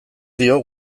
dio